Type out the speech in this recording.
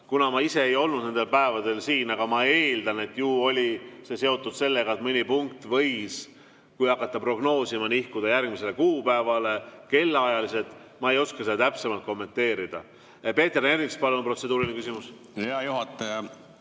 Ma ise ei olnud nendel päevadel siin, aga ma eeldan, et ju see oli seotud sellega, et mõni punkt võis, kui hakata prognoosima, nihkuda järgmisele kuupäevale. Ma ei oska seda täpsemalt kommenteerida. Peeter Ernits, palun, protseduuriline küsimus!